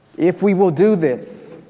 if we will do this,